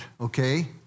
Okay